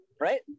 right